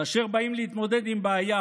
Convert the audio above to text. כאשר באים להתמודד עם בעיה